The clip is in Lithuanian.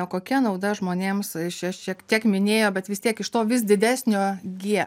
kokia nauda žmonėms šie šiek tiek minėjo bet vis tiek iš to vis didesnio gie